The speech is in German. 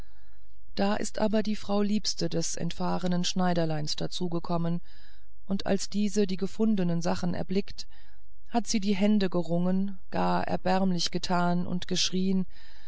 da ist aber die frau liebste des entfahrnen schneiderleins dazugekommen und als diese die gefundenen sachen erblickt hat sie die hände gerungen gar erbärmlich getan und geschrien